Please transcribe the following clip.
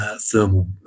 thermal